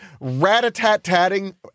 rat-a-tat-tatting